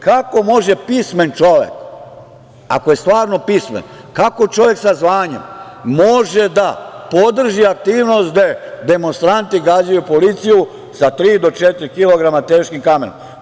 Kako može pismen čovek, ako je stvarno pismen, kako čovek sa zvanjem može da podrži aktivnost gde demonstranti gađaju policiju sa tri do četiri kilograma teškim kamenom?